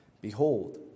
Behold